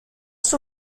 suo